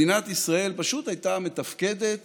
מדינת ישראל פשוט הייתה מתפקדת